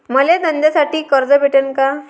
मले धंद्यासाठी कर्ज भेटन का?